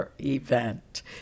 event